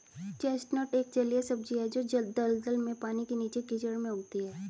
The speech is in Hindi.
चेस्टनट एक जलीय सब्जी है जो दलदल में, पानी के नीचे, कीचड़ में उगती है